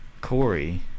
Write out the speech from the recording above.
Corey